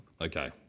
Okay